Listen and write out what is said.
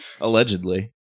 allegedly